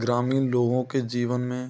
ग्रामीण लोगों के जीवन में